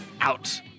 out